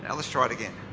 and let's try it again.